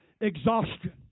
exhaustion